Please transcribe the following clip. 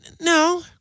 No